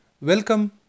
Welcome